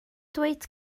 dweud